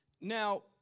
Now